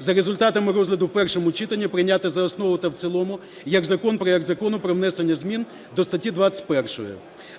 за результатами розгляду в першому читанні, прийняти за основу та в цілому як закон проект Закону про внесення змін до статті 21.